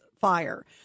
fire